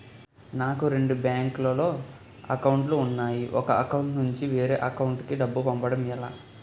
నాకు రెండు బ్యాంక్ లో లో అకౌంట్ లు ఉన్నాయి ఒక అకౌంట్ నుంచి వేరే అకౌంట్ కు డబ్బు పంపడం ఎలా?